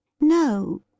No